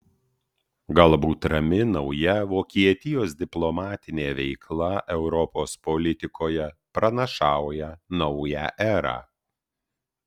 galbūt rami nauja vokietijos diplomatinė veikla europos politikoje pranašauja naują erą